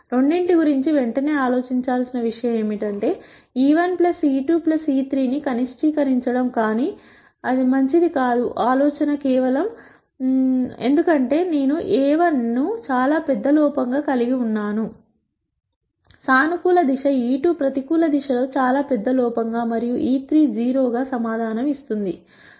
రెండింటి గురించి వెంటనే ఆలోచించాల్సిన విషయం ఏమిటంటే e1 e2 e3 ని కనిష్టీకరించడం కానీ అది మంచిది కాదు ఆలోచన కేవలం ఎందుకంటే నేను a₁ ను చాలా పెద్ద లోపం గా కలిగి ఉన్నానుసానుకూల దిశ e2 ప్రతికూల దిశ లో చాలా పెద్ద లోపం గా మరియు e3 0 గా సమాధానం ఇస్తుంది